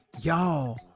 y'all